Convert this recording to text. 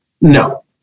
No